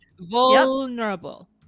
Vulnerable